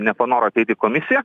nepanoro ateit į komisiją